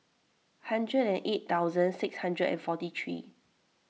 hundred and eight thousand six hundred and forty three